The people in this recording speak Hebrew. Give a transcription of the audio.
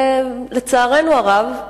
לצערנו הרב,